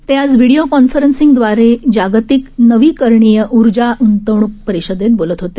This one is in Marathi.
ते आज व्हिडीओ कॉन्फरन्सिंगदवारे जागतिक नवीकरणीय ऊर्जा गूंतवणूक परिषदेत बोलत होते